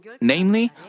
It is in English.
Namely